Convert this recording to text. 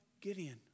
Gideon